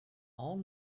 all